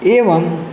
एवम्